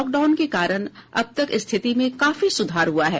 lockdown के कारण अब तक स्थिति में काफी सुधार हुआ है